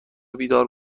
بیدار